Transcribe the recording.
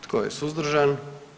Tko je suzdržan?